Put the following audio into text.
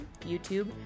YouTube